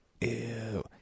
Ew